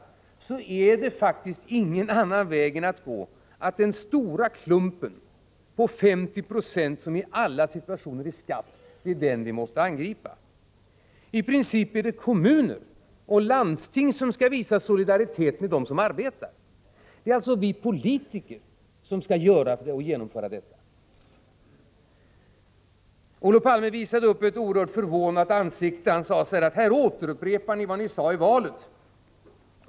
För att åstadkomma det finns det faktiskt ingen annan väg att gå än att angripa den stora klump på 50 26 som i alla situationer går till skatt. I princip är det kommuner och landsting som skall visa solidaritet med dem som arbetar. Det är alltså vi politiker som skall genomföra detta. Olof Palme visade upp ett oerhört förvånat ansikte när han sade att vi upprepar vad vi sade inför valet.